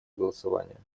голосования